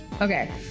Okay